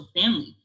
family